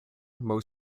more